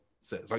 says